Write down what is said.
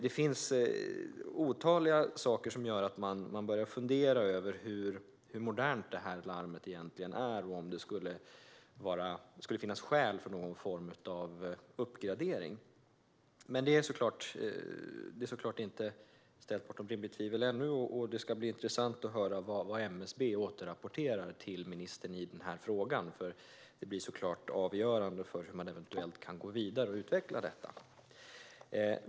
Det finns otaliga saker som gör att man börjar fundera över hur modernt det här larmet egentligen är och om det kanske finns skäl för någon form av uppgradering. Men det är såklart inte ställt bortom rimligt tvivel ännu. Det ska bli intressant att höra vad MSB kommer att återrapportera till ministern i frågan. Det blir avgörande för hur man eventuellt kan gå vidare och utveckla detta.